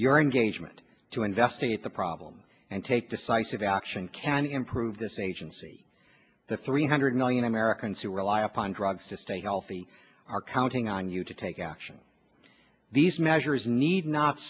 your engagement to investigate the problem and take decisive action can improve this agency that three hundred million americans who rely upon drugs to stay healthy are counting on you to take action these measures need not